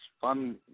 fun